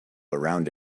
around